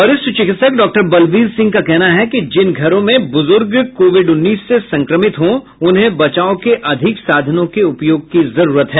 वरिष्ठ चिकित्सक डाक्टर बलबीर सिंह का कहना है कि जिन घरों में बुजुर्ग कोविड उन्नीस से संक्रमित हो उन्हें बचाव के अधिक साधनों के उपयोग की जरुरत है